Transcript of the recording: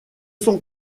son